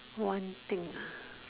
one thing uh